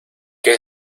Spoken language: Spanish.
qué